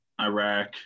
Iraq